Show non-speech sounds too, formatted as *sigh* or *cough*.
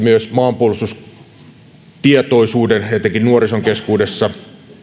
*unintelligible* myös maanpuolustustietoisuuden etenkin nuorison keskuudessa